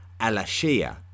Alashia